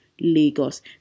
Lagos